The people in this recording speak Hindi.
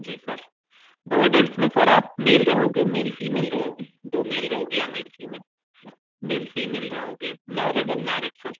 जी सर दो अडल्ट्स में सर आप मेल रहोगे मेल फ़ीमेल रहोगे दो मेल रहोगे या मेल फ़ीमेल मेल फ़ीमेल रहोगे मैरिड अनमैरिड सर